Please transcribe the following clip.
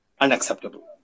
unacceptable